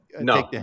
No